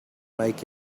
make